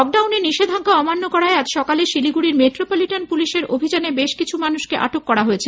লকডাউনের নিষেধাজ্ঞা অমান্য করায় আজ সকালে শিলিগুড়ির মেট্রোপলিটন পুলিশের অভিযানে বেশ কিছু মানুষকে আটক করা হয়েছে